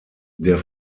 der